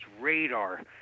radar